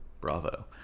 Bravo